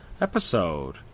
episode